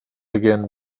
again